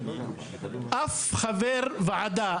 אף חבר וועדה,